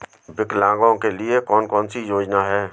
विकलांगों के लिए कौन कौनसी योजना है?